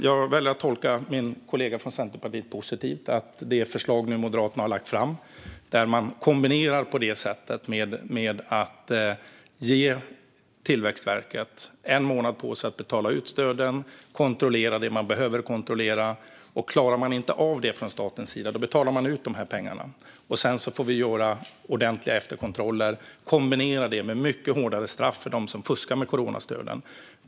Jag väljer dock att tolka min kollega från Centerpartiet positivt. Moderaterna har lagt fram ett förslag om att Tillväxtverket ska få en månad på sig att betala ut stöden och kontrollera det som behöver kontrolleras. Om man inte klarar av det från statens sida betalar man ut dessa pengar. Sedan får man göra ordentliga efterkontroller och kombinera det med mycket hårdare straff för dem som fuskar med coronastöden.